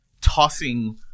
tossing